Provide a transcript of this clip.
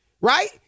right